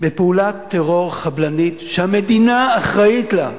מפעולת טרור חבלנית, שהמדינה אחראית לה.